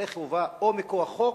הרי חובה, או מכוח חוק,